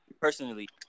personally